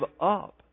up